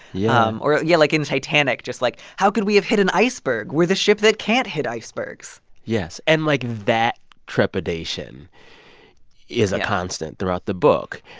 yeah um or yeah, like in titanic just, like, how could we have hit an iceberg? we're the ship that can't hit icebergs yes. and like, that trepidation is a constant throughout the book.